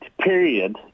period